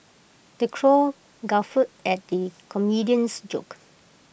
the crowd guffawed at the comedian's jokes